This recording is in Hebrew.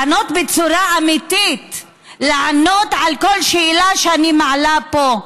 לענות בצורה אמיתית על כל שאלה שאני מעלה פה.